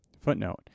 Footnote